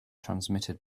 transmitted